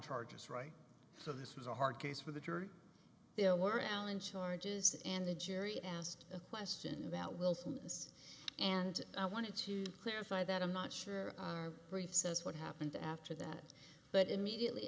charges right so this was a hard case for the tour there were allen charges and the jury asked a question about willfulness and i wanted to clarify that i'm not sure our brief says what happened after that but immediately